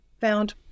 found